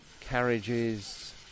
carriages